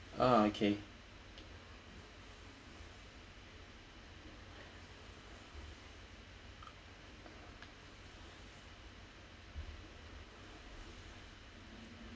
ah okay